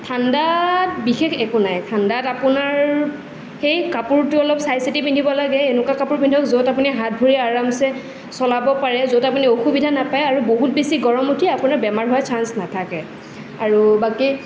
ঠাণ্ডাত বিশেষ একো নাই ঠাণ্ডাত আপোনাৰ সেই কাপোৰটো অলপ চাই চিটি পিন্ধিব লাগে এনেকুৱা কাপোৰ পিন্ধক য'ত আপুনি হাত ভৰি আৰামছে চলাব পাৰে য'ত আপুনি অসুবিধা নাপায় আৰু বহুত বেছি গৰম উঠি আপোনাৰ বেমাৰ হোৱাৰ চাঞ্চ নাথাকে আৰু বাকী